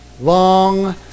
long